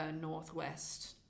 northwest